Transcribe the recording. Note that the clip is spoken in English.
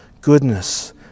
goodness